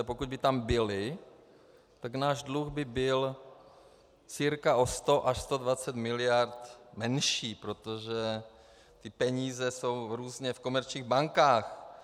Pokud by tam byly, tak náš dluh by byl cca o 100 až 120 mld. menší, protože ty peníze jsou různě v komerčních bankách.